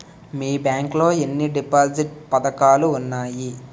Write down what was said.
మీ bank లో ఎన్ని deposit పథకాలు ఉన్నాయి?